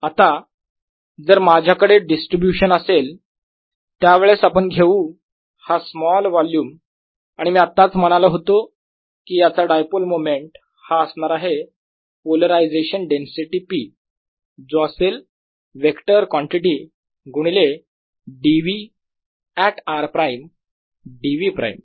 आता जर माझ्याकडे डिस्ट्रीब्यूशन असेल त्यावेळेस आपण घेऊ हा स्मॉल वोल्युम आणि मी आत्ताच म्हणालो होतो की याचा डायपोल मोमेंट हा असणार आहे पोलरायझेशन डेन्सिटी P जो असेल वेक्टर कॉन्टिटी गुणिले dv at r prime dv prime